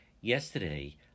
Yesterday